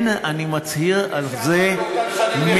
כן, אני מצהיר על זה מתוך,